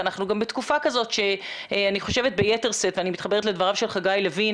ואנחנו גם בתקופה כזאת שביתר שאת ואני מתחברת לדבריו של חגי לוין